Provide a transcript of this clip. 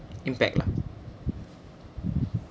impact lah